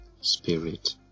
spirit